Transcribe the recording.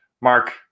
Mark